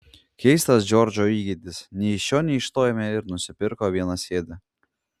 keistas džordžo įgeidis nei iš šio nei iš to ėmė ir nusipirko vienasėdį